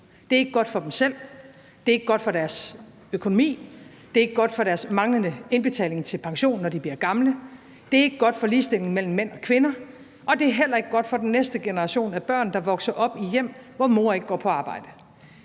Det er ikke godt for dem selv; det er ikke godt for deres økonomi; det er ikke godt for deres manglende indbetaling til pension, når de bliver gamle; det er ikke godt for ligestillingen mellem mænd og kvinder; og det er heller ikke godt for den næste generation af børn, der vokser op i hjem, hvor mor ikke går på arbejde.